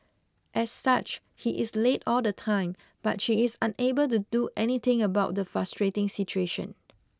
as such he is late all the time but she is unable to do anything about the frustrating situation